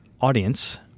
audience